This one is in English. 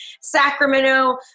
Sacramento